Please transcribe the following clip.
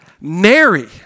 Mary